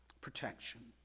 Protection